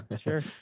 Sure